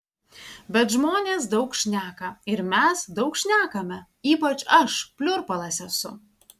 bet žmonės daug šneka ir mes daug šnekame ypač aš pliurpalas esu